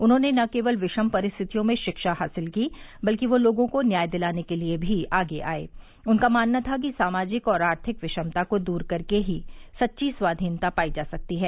उन्होंने न केवल विषम परिस्थितियों में शिक्षा हासिल की बल्कि लोगों को न्याय दिलाने के लिये भी आगे आये उनका मानना था कि सामाजिक और आर्थिक विषमता को दूर करके ही सच्ची स्वाधीनता पाई जा सकती है